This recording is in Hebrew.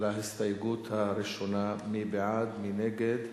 להסתייגות הראשונה, מי בעד, מי נגד?